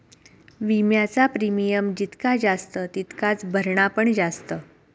विम्याचा प्रीमियम जितका जास्त तितकाच भरणा पण जास्त